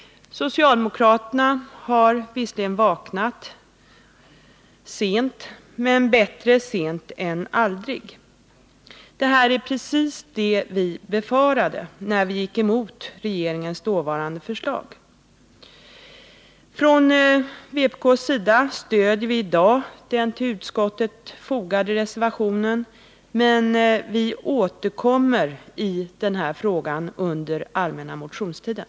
Socialdemokraterna har visserligen vaknat sent, men bättre sent än aldrig. Vad som nu sker är precis det vi befarade när vi gick emot regeringens dåvarande förslag. Från vpk:s sida stöder vi i dag den till utskottsbetänkandet fogade reservationen, men vi återkommer i denna fråga under den allmänna motionstiden.